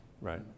right